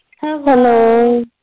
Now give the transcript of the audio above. Hello